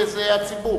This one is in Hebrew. וזה הציבור.